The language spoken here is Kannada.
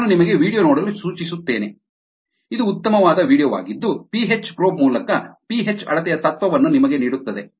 ನಾನು ನಿಮಗೆ ವೀಡಿಯೊ ನೋಡಲು ಸೂಚಿಸುತ್ತೇನೆ ಇದು ಉತ್ತಮವಾದ ವೀಡಿಯೊ ವಾಗಿದ್ದು ಪಿಹೆಚ್ ಪ್ರೋಬ್ ಮೂಲಕ ಪಿಹೆಚ್ ಅಳತೆಯ ತತ್ವವನ್ನು ನಿಮಗೆ ನೀಡುತ್ತದೆ